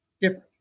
different